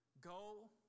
Go